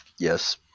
Yes